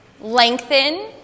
lengthen